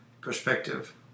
perspective